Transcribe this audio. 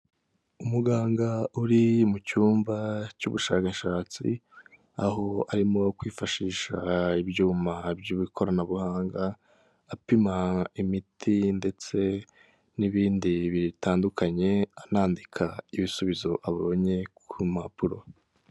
Umuganga uri mu cyumba cy'ubushakashatsi, aho arimo kwifashisha ibyuma by'ikoranabuhanga apima imiti ndetse n'ibindi bitandukanye, anandika ibisubizo abonye ku mpapuro.